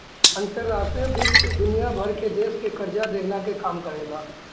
अंतर्राष्ट्रीय वित्त दुनिया भर के देस के कर्जा देहला के काम करेला